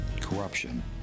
corruption